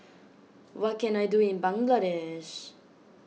what can I do in Bangladesh